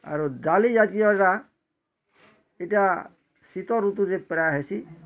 ଆରୁ ଡ଼ାଲି ଜାତିୟଟା ଇଟା ଶୀତ ଋତୁରେ ପ୍ରାୟେ ହେସିଁ